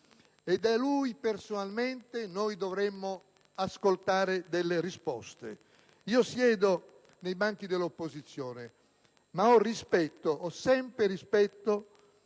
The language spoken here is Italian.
e da lui personalmente dovremmo ascoltare delle risposte. Siedo nei banchi dell'opposizione, ma ho sempre rispetto